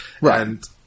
Right